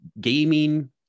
gaming